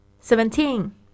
Seventeen